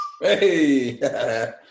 Hey